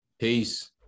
peace